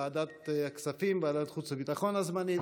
ועדת הכספים וועדת החוץ והביטחון הזמנית.